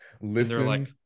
Listen